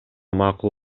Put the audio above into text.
макул